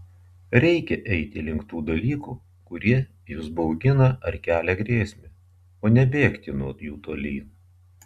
reikia eiti link tų dalykų kurie jus baugina ar kelia grėsmę o ne bėgti nuo jų tolyn